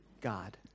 God